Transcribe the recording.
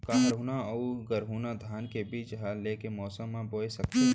का हरहुना अऊ गरहुना धान के बीज ला ऐके मौसम मा बोए सकथन?